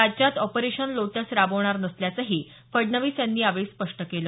राज्यात operation lotus राबवणार नसल्याचंही त्यांनी यावेळी स्पष्ट केलं